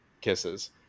kisses